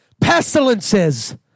Pestilences